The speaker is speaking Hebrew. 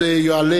עבורו.